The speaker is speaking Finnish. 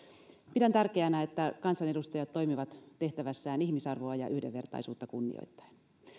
pidän tärkeänä että kansanedustajat toimivat tehtävässään ihmisarvoa ja yhdenvertaisuutta kunnioittaen